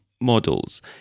models